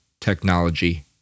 technology